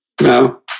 no